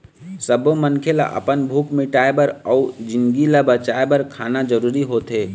सब्बो मनखे ल अपन भूख मिटाउ बर अउ जिनगी ल बचाए बर खाना जरूरी होथे